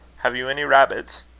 have you any rabbits?